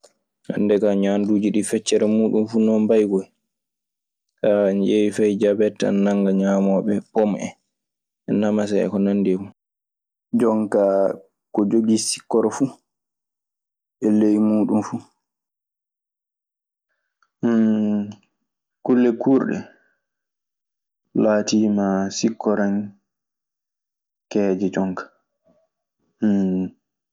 Hannde kaa, ñaanduuji ɗii feccere muuɗun fuu non mbayi koyi. a ƴeewii, fay jabet ana nannga ñaamooɓe pom en e namasa en e ko nanndi e mun. Kulle kuurɗe laatiima sikkorankeeje jonka.